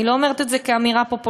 אני לא אומרת את זה כאמירה פופוליסטית,